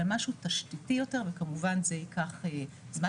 אלא משהו תשתיתי יותר וכמובן זה ייקח זמן